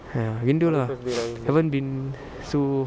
ah rindu lah haven't been so